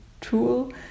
tool